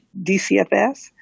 DCFS